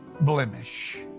blemish